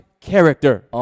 character